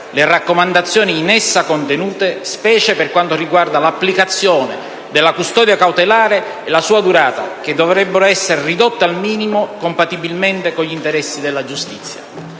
le raccomandazioni in essa contenute, specie per quanto riguarda l'applicazione della custodia cautelare e la sua durata, che dovrebbero essere ridotte al minimo, compatibilmente con gli interessi della giustizia.